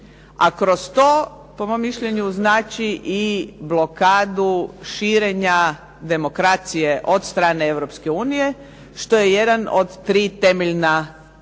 a kroz to po mom mišljenju znači i blokadu širenja demokracije od strane Europske unije što je jedan od tri temeljna i